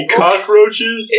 cockroaches